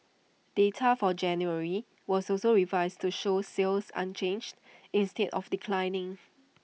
data for January was also revised to show sales unchanged instead of declining